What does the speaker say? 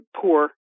poor